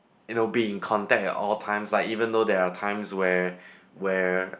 you know being contact at all times like even though there are times where where